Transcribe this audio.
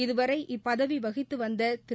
இதுவரை இப்பதவி வகித்த வந்த திரு